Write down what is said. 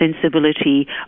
sensibility